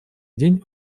день